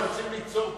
רוצים ליצור פליטים.